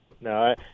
No